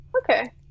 Okay